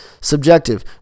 subjective